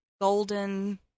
golden